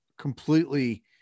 completely